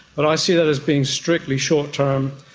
but i see that as being strictly short-term,